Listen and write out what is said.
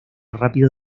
rápido